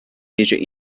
measure